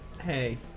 Hey